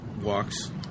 walks